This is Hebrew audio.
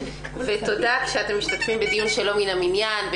תודה שאתם משתתפים בדיון שלא מן המניין,